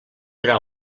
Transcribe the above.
gra